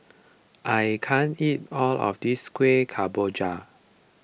I can't eat all of this Kueh Kemboja